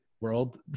world